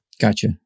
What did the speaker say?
Gotcha